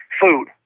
food